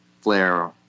Flare